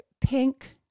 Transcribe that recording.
pink